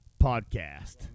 podcast